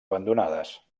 abandonades